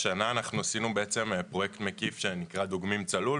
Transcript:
השנה אנחנו עשינו בעצם פרויקט מקיף שנקרא "דוגמים צלול",